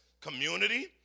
community